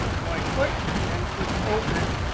so i click and click open.